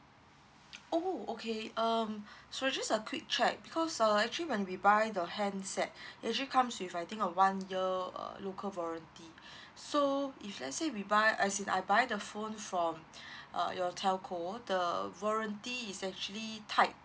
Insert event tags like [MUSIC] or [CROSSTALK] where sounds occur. oh okay um [BREATH] sorry just a quick check because uh actually when we buy the handset [BREATH] actually comes with I think a one year uh local warranty so if let's say we buy as in I buy the phone from [BREATH] uh your telco the warranty is actually tied